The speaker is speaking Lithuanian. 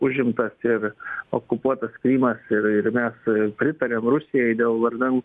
užimtas ir okupuotas krymas ir ir mes pritariam rusijai dėl vardan